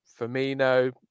Firmino